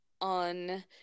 on